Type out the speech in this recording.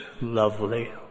lovely